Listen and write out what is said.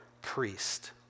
priest